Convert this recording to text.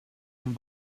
and